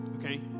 Okay